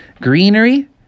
greenery